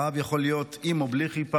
הרעב יכול להיות עם או בלי כיפה,